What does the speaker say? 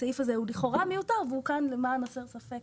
הסעיף הזה לכאורה מיותר והוא כאן למען הסר ספק.